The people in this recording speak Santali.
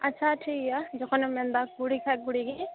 ᱟᱪᱪᱷᱟ ᱴᱷᱤᱠ ᱜᱮᱭᱟ ᱡᱚᱠᱷᱚᱱᱮᱢ ᱢᱮᱱᱫᱟ ᱠᱩᱲᱤ ᱠᱷᱟᱱ ᱠᱩᱲᱤ ᱜᱮ